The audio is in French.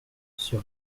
sur